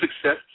success